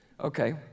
Okay